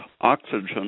oxygen